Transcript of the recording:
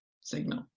signal